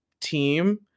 team